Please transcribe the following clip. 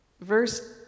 verse